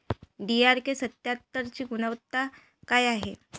DRK सत्यात्तरची गुनवत्ता काय हाय?